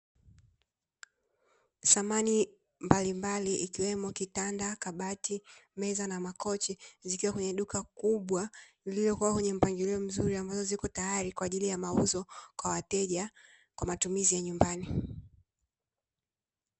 Samani mbalimbali ikiwemo kitanda, kabati, meza na makochi zikiwa kwenye duka kubwa lililopangwa kwa mpangilio mzuri ambazo zipo tayari kwa ajili ya mauzo kwa wateja kwa matumizi ya nyumbani.